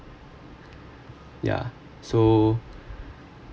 ya so